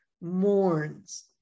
mourns